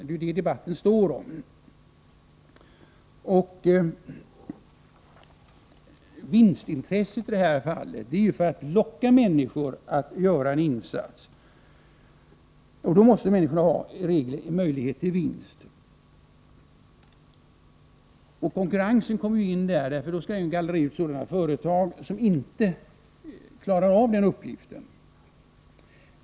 Det är detta debatten handlar om. Vinstintresset har man i det här fallet för att locka människor att göra en insats. För att göra det måste människorna i regel ha en möjlighet till vinst. Konkurrensen kommer också med i bilden. Genom den gallras sådana företag ut som inte klarar av uppgiften.